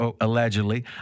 allegedly